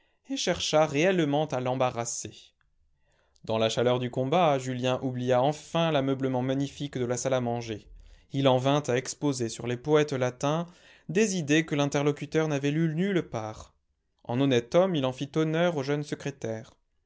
et chercha réellement à l'embarrasser dans la chaleur du combat julien oublia enfin l'ameublement magnifique de la salle à manger il en vint à exposer sur les poètes latins des idées que l'interlocuteur n'avait lues nulle part en honnête homme il en fit honneur au jeune secrétaire